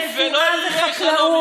רפואה וחקלאות.